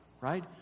right